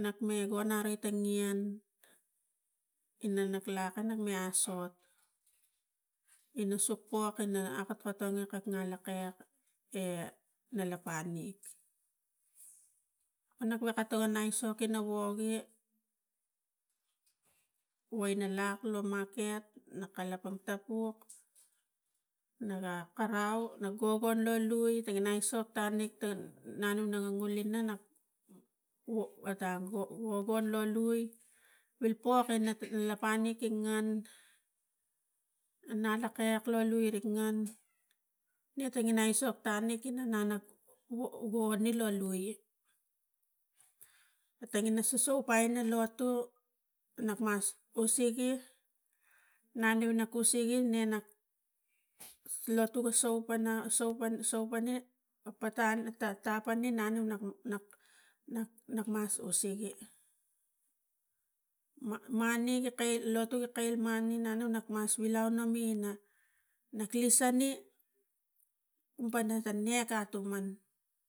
nak me no nareng ta ngian ina naklaka ina asot ina sok mok ina akotonge ina lakek e nalapani kanap wokatong a aisok ina woge woi ina lak lo market na kalapang tapuk na karau na gogon la lui tangina aisok tanek tang na nem na ga ngule na ga otang gogon lo lui, palpok ina lapanek ik ngan a nalokek lo lui rik ngan ne tangina aisok tangik kina nana guli lo lui, tangina sosopai lo lotu nak mas usege na neu ga kusuge nena lotu ga so pana so pane otan tapare nan neu ga na nakmas usege mani ga kai lotu ga kai mani nakmas vilau na me nak lis ane pana ta ne atuman.